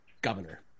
governor